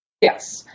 yes